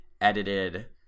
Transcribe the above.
edited